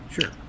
Sure